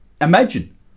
imagine